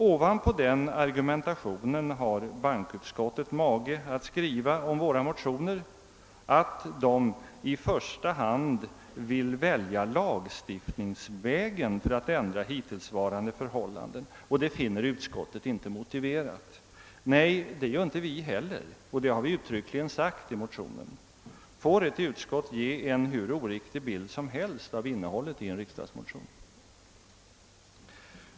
Ovanpå den argumentationen har bankoutskottet sedan mage att skriva på detta sätt om vårt motionspar: »Att, såsom förordas i motionerna 1I:281 och II: 311, i första hand välja lagstiftningsvägen för att ändra hittillsvarande förhållanden finner utskottet inte motiverat.» Nej, det gör inte heller vi, och det har vi uttryckligen framhållit i motionen. Får ett utskott ge en hur oriktig bild som helst av innehållet i en riksdagsmotion?